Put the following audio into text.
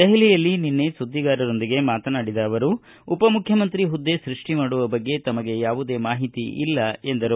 ದೆಹಲಿಯಲ್ಲಿ ನಿನ್ನೆ ಸುದ್ನಿಗಾರರೊಂದಿಗೆ ಮಾತನಾಡಿದ ಅವರು ಉಪಮುಖ್ಯಮಂತ್ರಿ ಹುದ್ದೆ ಸೃಷ್ಟಿ ಮಾಡುವ ಬಗ್ಗೆ ತಮಗೆ ಯಾವುದೇ ಮಾಹಿತಿ ಇಲ್ಲ ಎಂದರು